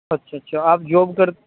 اچھا اچھا آپ جاب کر